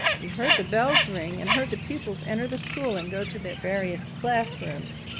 he heard the bells ring and heard the pupils enter the school and go to their various classrooms.